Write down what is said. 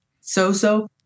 so-so